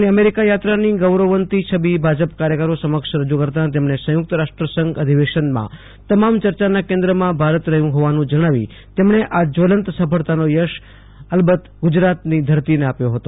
પોતાની અમેરિકા યાત્રાની ગૌરવવંતી છબી ભાજપ કાર્યકરો સમક્ષ રજૂ કરતા તેમણે સંયુકત રાષ્ટ્ર સંઘ અધિવેશનમાં તમામ ચર્ચાના કેન્દ્રમાં ભારત રહ્યું હોવાનું જણાવી તેમણે આ જવલંત સફળતાનો યશ અલબત ગુજરાતની ધરતીને આપ્યો હતો